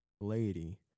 lady